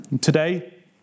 Today